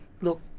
look